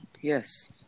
Yes